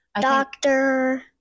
Doctor